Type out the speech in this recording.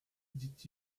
dit